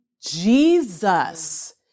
Jesus